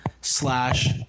slash